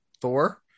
thor